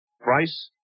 Price